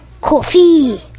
Coffee